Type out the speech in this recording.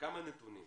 כמה נתונים: